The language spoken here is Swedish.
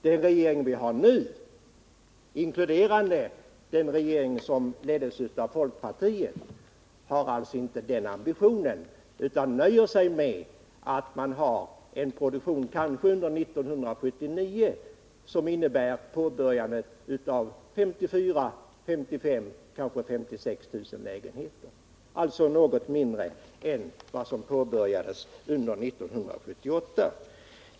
Den regering vi har nu — och det gäller även den regering som leddes av folkpartiet — har alls inte den ambitionen. Man nöjer sig med att man under 1979 påbörjar 54 000, 55 000 eller kanske 56 000 lägenheter, alltså något mindre än vad som påbörjades under 1978.